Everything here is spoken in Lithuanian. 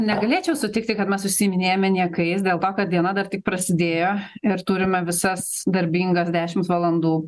negalėčiau sutikti kad mes užsiiminėjame niekais dėl to kad diena dar tik prasidėjo ir turime visas darbingas dešimt valandų